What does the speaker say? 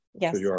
Yes